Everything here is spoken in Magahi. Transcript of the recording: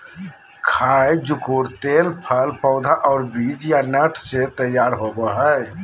खाय जुकुर तेल फल पौधा और बीज या नट से तैयार होबय हइ